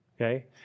Okay